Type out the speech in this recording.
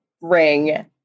ring